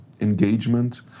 engagement